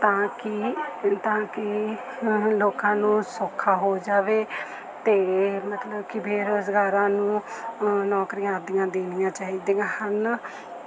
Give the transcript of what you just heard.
ਤਾਂ ਕਿ ਤਾਂ ਕਿ ਲੋਕਾਂ ਨੂੰ ਸੌਖਾ ਹੋ ਜਾਵੇ ਅਤੇ ਮਤਲਬ ਕਿ ਬੇਰੁਜ਼ਗਾਰਾਂ ਨੂੰ ਨੌਕਰੀਆਂ ਆਦੀਆਂ ਦੇਣੀਆਂ ਚਾਹੀਦੀਆਂ ਹਨ